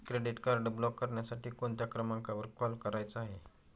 Credit card block करण्यासाठी कोणत्या क्रमांकावर कॉल करायचा आहे?